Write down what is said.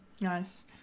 nice